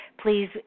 please